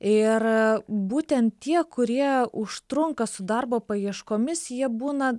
ir būtent tie kurie užtrunka su darbo paieškomis jie būna